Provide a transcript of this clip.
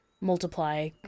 multiply